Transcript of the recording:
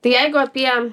tai jeigu apie